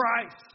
Christ